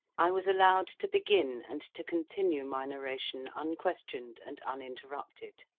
i was allowed to begin and to continue my narration unquestioned and uninterrupted.